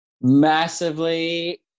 Massively